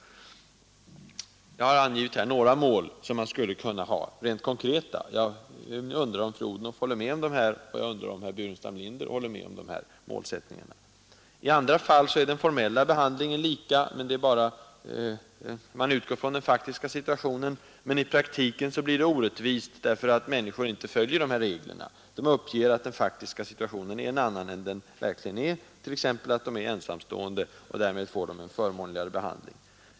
Jag har angett några rent konkreta mål som man skulle kunna ställa upp. Jag undrar om fru Odhnoff instämmer i dessa målsättningar och om herr Burenstam Linder gör det. I andra fall är den formella behandlingen lika när man utgår från den faktiska situationen. I praktiken blir det orättvist därför att människor inte följer reglerna utan uppger att den faktiska situationen är en annan än den verkligen är — t.ex. att de är ensamstående — och därmed får de en förmånligare behandling.